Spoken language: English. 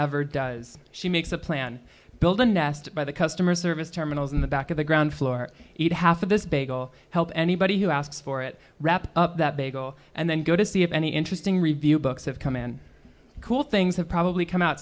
ever does she makes a plan build a nest by the customer service terminals in the back of the ground floor eat half of this bagel help anybody who asks for it wrap up that bagel and then go to see if any interesting review books have come in cool things have probably come out